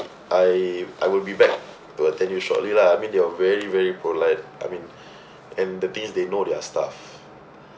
I I will be back to attend you shortly lah I mean they are very very polite I mean and the thing is they know their stuff